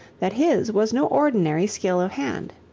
that his was no ordinary skill of hand.